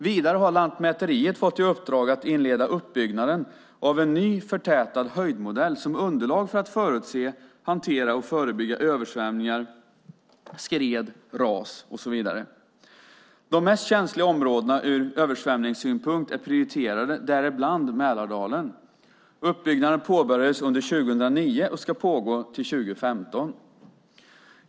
Vidare har Lantmäteriet fått i uppdrag att inleda uppbyggnaden av en ny förtätad höjdmodell som underlag för att förutse, hantera och förebygga översvämningar, skred, ras etcetera . De mest känsliga områdena ur översvämningssynpunkt är prioriterade, däribland Mälardalen. Uppbyggnaden påbörjades 2009 och ska pågå till 2015.